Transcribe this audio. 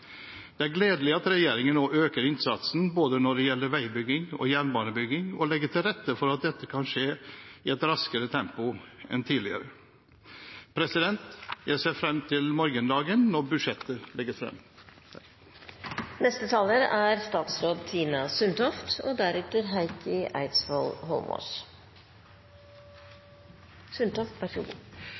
Det er gledelig at regjeringen nå øker innsatsen når det gjelder både veibygging og jernbanebygging, og legger til rette for at dette kan skje i et raskere tempo enn tidligere. Jeg ser frem til morgendagen når budsjettet legges frem. For et år siden inntok Høyre og